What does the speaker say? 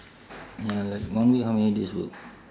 ya like one week how many days work